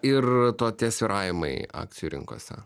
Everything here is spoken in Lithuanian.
ir to tie svyravimai akcijų rinkose